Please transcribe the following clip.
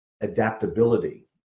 adaptability